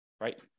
right